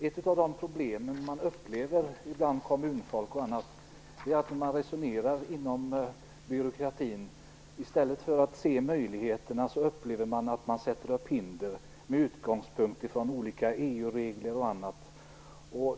Ett av de problem som kommunfolk upplever är att man ser hinder i stället för möjligheter när man resonerar inom byråkratin. Detta sker med utgångspunkt i olika EU-regler och annat.